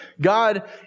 God